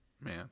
man